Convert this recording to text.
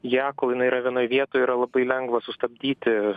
ją kol jinai yra vienoj vietoj yra labai lengva sustabdyti